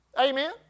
amen